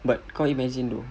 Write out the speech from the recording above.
but kau imagine though